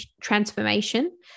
transformation